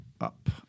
up